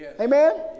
Amen